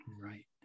Right